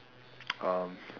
um